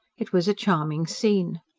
it was a charming scene.